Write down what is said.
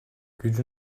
gücü